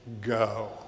go